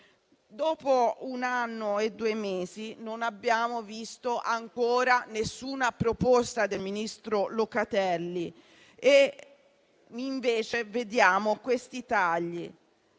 Dopo un anno e due mesi non abbiamo visto ancora nessuna proposta del ministro Locatelli e invece vediamo questi tagli.